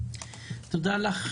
תודה לך,